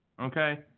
okay